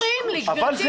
אבל למה מפריעים לי, גברתי?